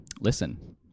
listen